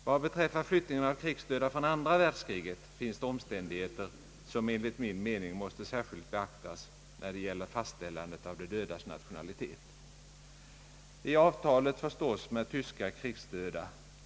Vad beträffar flyttningen av krigsdöda från andra världskriget finns det omständigheter som enligt min mening måste särskilt beaktas när det gäller fastställandet av de dödas nationalitet.